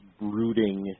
brooding